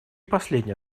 последнее